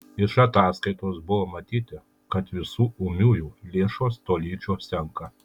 iš ataskaitos buvo matyti kad visų ūmiųjų lėšos tolydžio senka